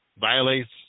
violates